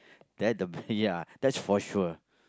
that the ya that's for sure